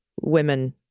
women